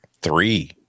Three